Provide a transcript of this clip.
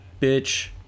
bitch